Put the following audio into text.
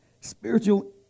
spiritual